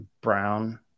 brown